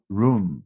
room